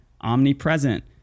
omnipresent